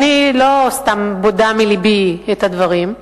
אני לא סתם בודה מלבי את הדברים.